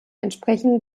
entsprechen